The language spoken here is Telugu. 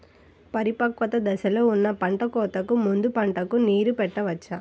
పరిపక్వత దశలో ఉన్న పంట కోతకు ముందు పంటకు నీరు పెట్టవచ్చా?